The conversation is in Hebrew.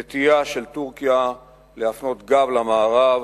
נטייה של טורקיה להפנות גב למערב